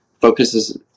focuses